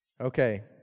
Okay